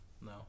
no